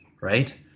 right